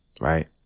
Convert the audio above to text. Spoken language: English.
Right